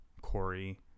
Corey